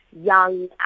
young